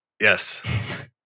Yes